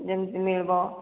ଯେମିତି ମିଳିବ